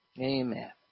Amen